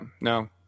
no